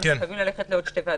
כי אני צריכה ללכת לעוד שתי ועדות.